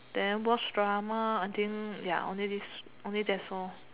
then watch drama I think ya only this only that's all